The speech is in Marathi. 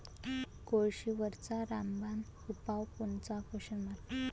कोळशीवरचा रामबान उपाव कोनचा?